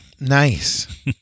Nice